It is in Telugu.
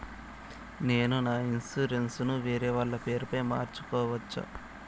నేను నా ఇన్సూరెన్సు ను వేరేవాళ్ల పేరుపై మార్సుకోవచ్చా?